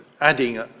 adding